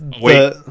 wait